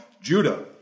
Judah